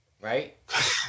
right